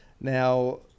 Now